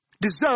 deserve